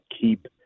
keep